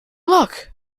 look